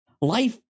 Life